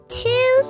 two